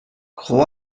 hent